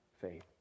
faith